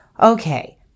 Okay